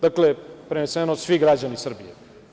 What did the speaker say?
Dakle, prenesno, svi građani Srbije.